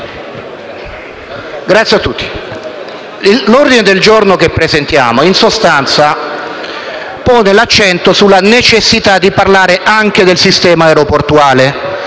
*(FdI)*. L'ordine del giorno che abbiamo presentato, in sostanza, pone l'accento sulla necessità di parlare anche del sistema aeroportuale: